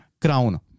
Crown